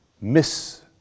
miss